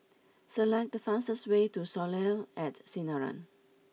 select the fastest way to Soleil at Sinaran